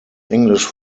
english